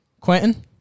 Quentin